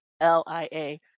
L-I-A